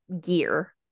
gear